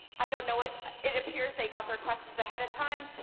you know it it appears they got their questions ahead of time,